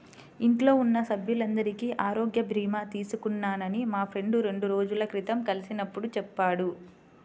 ఇంట్లో ఉన్న సభ్యులందరికీ ఆరోగ్య భీమా తీసుకున్నానని మా ఫ్రెండు రెండు రోజుల క్రితం కలిసినప్పుడు చెప్పాడు